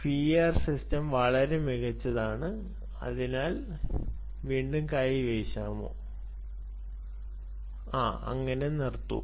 PIR system വളരെ മികച്ചതാണ് അതിനാൽ വീണ്ടും കൈ വീശാമോ അങ്ങനെ നിർത്തു